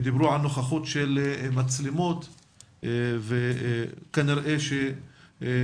ודיברו על נוכחות של מצלמות וכנראה שיש